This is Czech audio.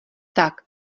tak